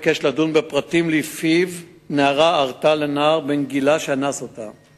פורסם כי נערה הרתה לנער בן גילה שאנס אותה.